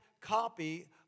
copy